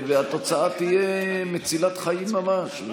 התוצאה תהיה מצילת חיים ממש.